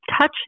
touch